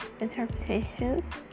interpretations